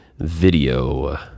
video